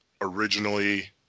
originally